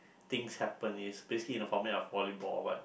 things happen it's basically in a format of volleyball but